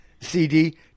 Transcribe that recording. CD